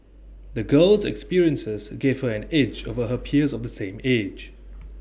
the girl's experiences gave her an edge over her peers of the same age